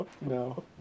No